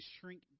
shrink